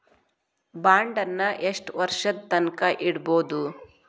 ಬಾಂಡನ್ನ ಯೆಷ್ಟ್ ವರ್ಷದ್ ತನ್ಕಾ ಇಡ್ಬೊದು?